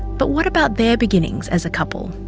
but what about their beginnings as a couple?